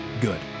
good